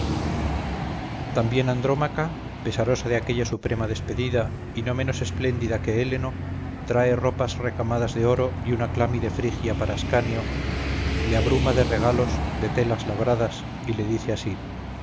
también adrómaca pesarosa de aquella suprema despedida y no menos espléndida que héleno trae ropas recamadas de oro y una clámide frigia para ascanio le abruma de regalos de telas labradas y le dice así